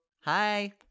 Hi